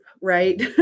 right